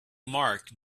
mark